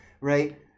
right